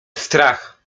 strach